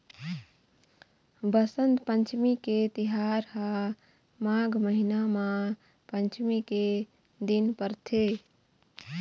बसंत पंचमी के तिहार ह माघ महिना म पंचमी के दिन परथे